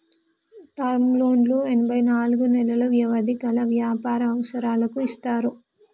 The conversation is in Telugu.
టర్మ్ లోన్లు ఎనభై నాలుగు నెలలు వ్యవధి గల వ్యాపార అవసరాలకు ఇస్తారు